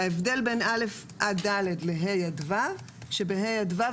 ההבדל בין כיתות א' עד ד' לבין כיתות ה'-ו' הוא שבכיתות ה'-ו'